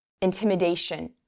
intimidation